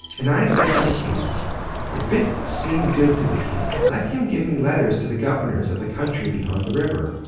and i said to the king if it seem good to the king, let him give me letters to the governors of the country beyond the river,